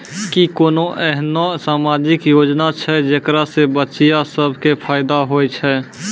कि कोनो एहनो समाजिक योजना छै जेकरा से बचिया सभ के फायदा होय छै?